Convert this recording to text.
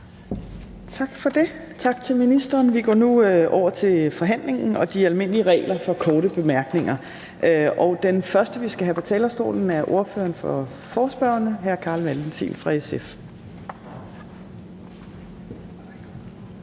Torp): Tak til ministeren. Vi går nu over til forhandlingen og de almindelige regler for korte bemærkninger, og den første, vi skal have på talerstolen, er ordføreren for forespørgerne, hr. Carl Valentin fra SF. Kl.